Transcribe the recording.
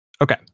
okay